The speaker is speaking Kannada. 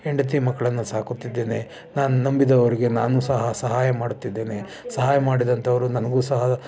ಹೆಂಡತಿ ಮಕ್ಕಳನ್ನು ಸಾಕುತ್ತಿದ್ದೇನೆ ನಾನು ನಂಬಿದವರಿಗೆ ನಾನು ಸಹ ಸಹಾಯ ಮಾಡುತ್ತಿದ್ದೇನೆ ಸಹಾಯ ಮಾಡಿದಂಥವರು ನನಗೂ ಸಹ